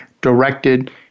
directed